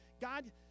God